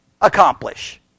accomplish